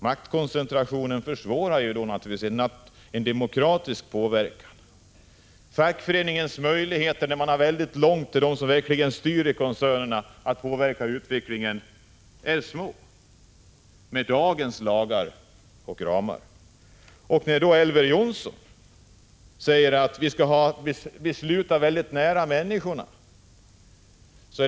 Maktkoncentrationen försvårar naturligtvis en demokratisk påverkan. Fackföreningsrörelsens möjligheter att påverka utvecklingen, när man har väldigt långt till dem som verkligen styr i koncernerna, är små med dagens lagar och ramar. Elver Jonsson säger att vi skall fatta besluten nära människorna.